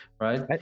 right